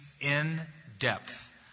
in-depth